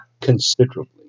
considerably